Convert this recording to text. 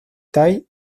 thai